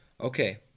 Okay